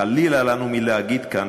חלילה לנו מלהגיד כאן,